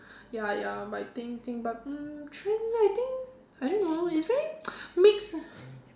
ya ya but I think think but mm trend I think I don't know it's very mix